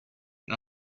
and